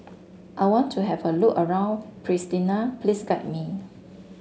I want to have a look around Pristina please guide me